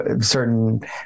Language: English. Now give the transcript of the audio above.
certain